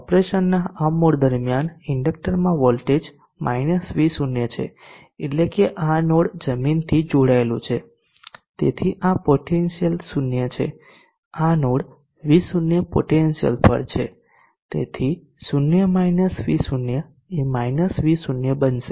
ઓપરેશનના આ મોડ દરમ્યાન ઇન્ડક્ટરમાં વોલ્ટેજ V0 છે એટલે કે આ નોડ જમીનથી જોડાયેલું છે તેથી આ પોટેન્શિયલ 0 છે આ નોડ V0 પોટેન્શિયલ પર છે તેથી 0 V0 એ V0 બનશે